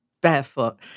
Barefoot